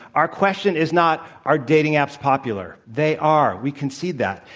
our question is not are dating apps popular? they are. we concede that.